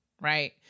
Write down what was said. right